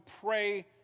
pray